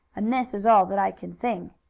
and this is all that i can sing!